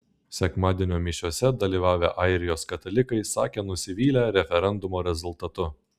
sekmadienio mišiose dalyvavę airijos katalikai sakė nusivylę referendumo rezultatu